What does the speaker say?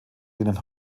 denen